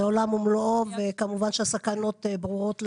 זה עולם ומלואו וכמובן שהסכנות ברורות לנו.